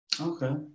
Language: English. Okay